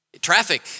traffic